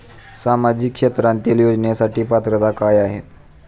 सामाजिक क्षेत्रांतील योजनेसाठी पात्रता काय आहे?